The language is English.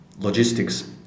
logistics